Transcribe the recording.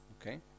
Okay